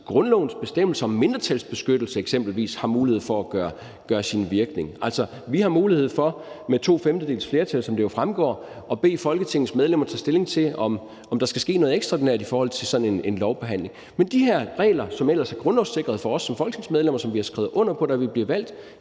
grundlovens bestemmelser om mindretalsbeskyttelse eksempelvis har mulighed for at gøre sin virkning. Altså, vi har mulighed for med to femtedeles flertal, som det jo fremgår, at bede Folketingets medlemmer tage stilling til, om der skal ske noget ekstraordinært i forhold til sådan en lovbehandling. Men de her regler, som ellers er grundlovssikret for os folketingsmedlemmer, og som vi har skrevet under på, da vi blev valgt,